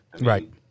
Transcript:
right